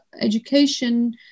education